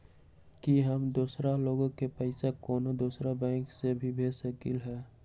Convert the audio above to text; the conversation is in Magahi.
कि हम दोसर लोग के पइसा कोनो दोसर बैंक से भेज सकली ह?